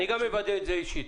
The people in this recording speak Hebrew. אני גם אוודא את זה אישית.